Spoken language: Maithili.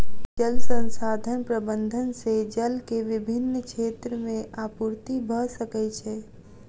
जल संसाधन प्रबंधन से जल के विभिन क्षेत्र में आपूर्ति भअ सकै छै